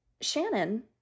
Shannon